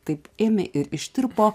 taip ėmė ir ištirpo